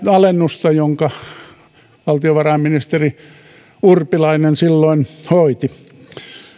alennusta jonka valtiovarainministeri urpilainen silloin hoiti